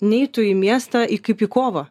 neitų į miestą į kaip į kovą